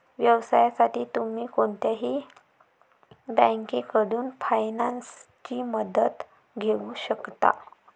व्यवसायासाठी तुम्ही कोणत्याही बँकेकडून फायनान्सची मदत घेऊ शकता